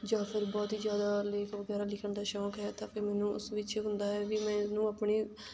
ਜਾਂ ਫਿਰ ਬਹੁਤ ਹੀ ਜ਼ਿਆਦਾ ਲੇਖ ਵਗੈਰਾ ਲਿਖਣ ਦਾ ਸ਼ੌਂਕ ਹੈ ਤਾਂ ਫਿਰ ਮੈਨੂੰ ਉਸ ਵਿੱਚ ਹੁੰਦਾ ਹੈ ਵੀ ਮੈਨੂੰ ਆਪਣੀ